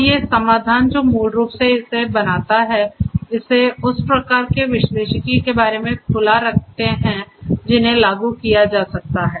तो ये समाधान जो मूल रूप से इसे बनाते हैं इसे उस प्रकार के विश्लेषिकी के बारे में खुला रखते हैं जिन्हें लागू किया जा सकता है